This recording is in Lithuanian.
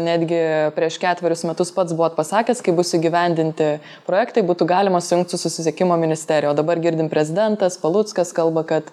netgi prieš ketverius metus pats buvot pasakęs kai bus įgyvendinti projektai būtų galima sujungt su susisiekimo ministerija o dabar girdim prezidentas paluckas kalba kad